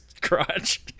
crotch